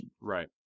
Right